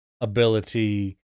ability